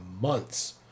months